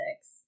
six